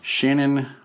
Shannon